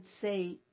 say